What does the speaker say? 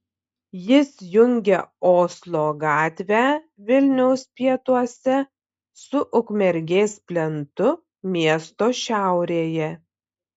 jis jungia oslo gatvę vilniaus pietuose su ukmergės plentu miesto šiaurėje